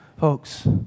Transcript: Folks